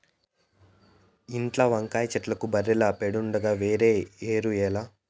ఇంట్ల వంకాయ చెట్లకు బర్రెల పెండుండగా వేరే ఎరువేల